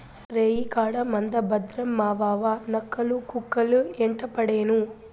రేయికాడ మంద భద్రం మావావా, నక్కలు, కుక్కలు యెంటపడేను